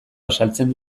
azaltzen